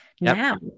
now